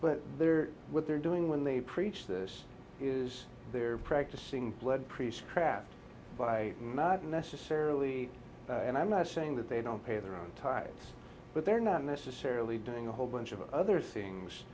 but what they're doing when they preach this is they're practicing blood priest craft not necessarily and i'm not saying that they don't pay their own types but they're not necessarily doing a whole bunch of other things